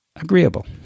agreeable